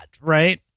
Right